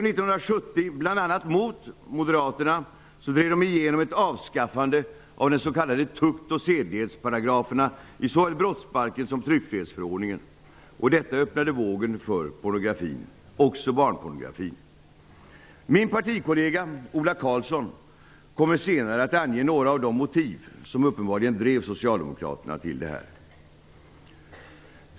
tukt och sedlighetsparagraferna i såväl brottsbalken som tryckfrihetsförordningen. Detta öppnade vägen för pornografin, också barnpornorgrafin. Min partikollega, Ola Karlsson, kommer senare att ange några av de motiv som uppenbarligen drev socialdemokraterna till detta.